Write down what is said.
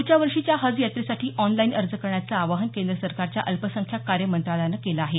पुढच्या वर्षीच्या हज यात्रेसाठी ऑनलाईन अर्ज करण्याचं आवाहन केंद्र सरकारच्या अल्पसंख्याक कार्य मंत्रालयाने केलं आहे